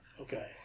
Okay